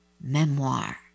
memoir